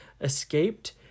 escaped